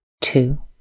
two